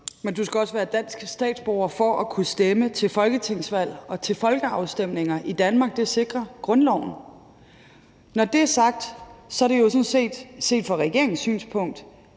Men du skal også være dansk statsborger for at kunne stemme til folketingsvalg og til folkeafstemninger i Danmark. Det sikrer grundloven. Når det er sagt, er det jo set fra regeringens synspunkt